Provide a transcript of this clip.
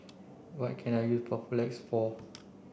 what can I use Papulex for